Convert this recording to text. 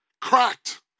cracked